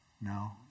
No